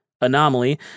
anomaly